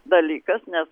dalykas nes